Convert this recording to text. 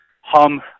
hum